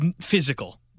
physical